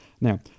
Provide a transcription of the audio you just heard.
Now